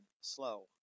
slow